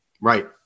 Right